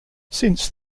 since